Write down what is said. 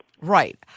Right